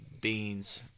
beans